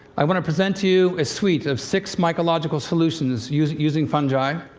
i want to present to you a suite of six mycological solutions, using using fungi,